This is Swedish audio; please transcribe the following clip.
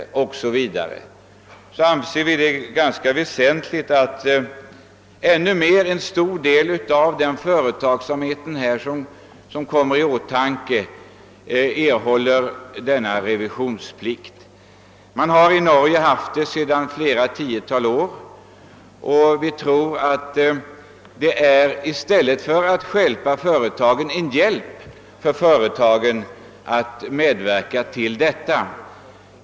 Men i och med att man också kommer att införa skärpta straffbestämmelser anser vi det nu vara väsentligt att en ännu större del av den företagsamhet som här kommer i åtanke åläggs denna revisionsplikt. Man har i Norge haft en sådan revisionsplikt sedan ett tiotal år, och vi tror att denna plikt i stället för att stjälpa företagen utgör en hjälp för dem.